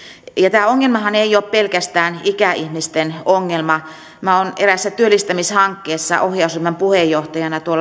tämä ongelmahan ei ole pelkästään ikäihmisten ongelma minä olen eräässä työllistämishankkeessa ohjausryhmän puheenjohtajana